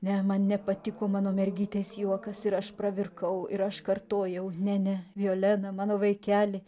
ne man nepatiko mano mergytės juokas ir aš pravirkau ir aš kartojau ne ne violena mano vaikeli